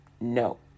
No